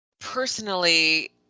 personally